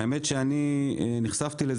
האמת שאני נחשפתי לזה,